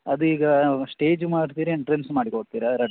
ಅದು ಈಗ ಸ್ಟೇಜ್ ಮಾಡ್ತೀರ ಎಂಟ್ರೆನ್ಸ್ ಮಾಡಿಕೊಡ್ತೀರ ಎರಡು